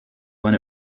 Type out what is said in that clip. when